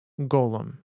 Golem